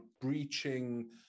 breaching